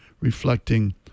...reflecting